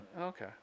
okay